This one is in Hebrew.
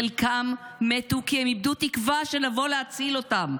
חלקם מתו כי הם איבדו תקווה שנבוא להציל אותם.